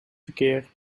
verkeer